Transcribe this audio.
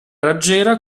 raggiera